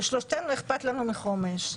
ולשלושתנו אכפת מחומש,